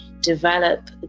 develop